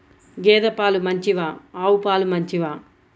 గేద పాలు మంచివా ఆవు పాలు మంచివా?